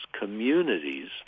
communities